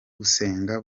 gusenga